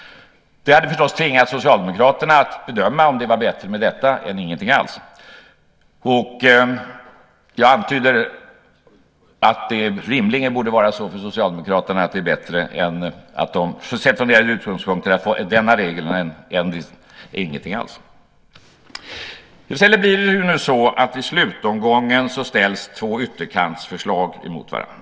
Det hade förstås tvingat Socialdemokraterna att bedöma om det var bättre med detta än ingenting alls. Jag antydde att det rimligen borde vara så att sett från Socialdemokraternas utgångspunkt är det bättre med denna regel än ingen alls. I stället blir det så att i slutomgången ställs två ytterkantsförslag mot varandra.